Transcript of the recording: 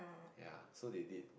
ya so they did